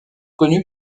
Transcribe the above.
connu